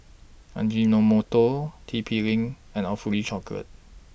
Ajinomoto T P LINK and Awfully Chocolate